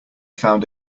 found